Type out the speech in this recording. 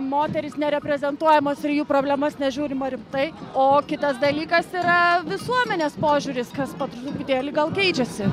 moterys nereprezentuojamos ir jų problemas nežiūrima rimtai o kitas dalykas yra visuomenės požiūris kas po truputėlį gal keičiasi